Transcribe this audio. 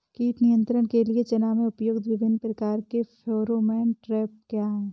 कीट नियंत्रण के लिए चना में प्रयुक्त विभिन्न प्रकार के फेरोमोन ट्रैप क्या है?